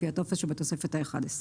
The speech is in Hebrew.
לפי הטופס שבתוספת האחת עשרה.